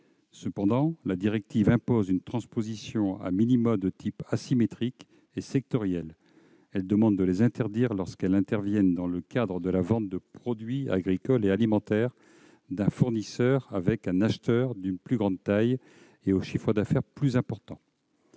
Cependant, la directive impose une transposition de type « asymétrique » et sectoriel : elle demande de les interdire lorsqu'elles interviennent dans le cadre de la vente de produits agricoles et alimentaires d'un fournisseur avec un acheteur d'une plus grande taille et au chiffre d'affaires plus important.